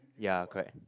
ya correct